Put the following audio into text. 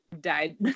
died